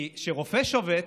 כי כשרופא שובת,